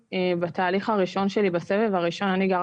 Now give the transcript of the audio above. אבל לקראת הילד הבא אני ממש מקווה שיהיה